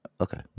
okay